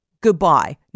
Goodbye